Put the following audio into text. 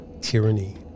tyranny